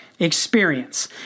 Experience